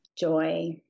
joy